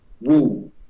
woo